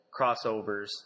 crossovers